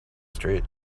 street